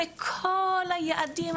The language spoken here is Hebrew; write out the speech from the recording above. מכל היעדים,